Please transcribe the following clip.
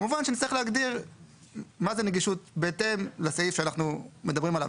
כמובן שנצטרך להגדיר מה זה נגישות בהתאם לסעיף שאנחנו מדברים עליו.